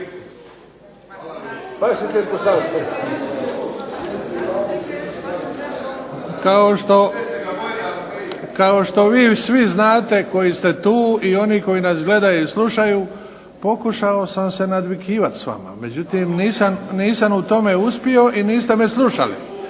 Kao što vi svi znate koji ste tu i oni koji nas gledaju i slušaju pokušao sam se nadvikivati s vama, međutim, nisam u tome uspio i niste me slušali.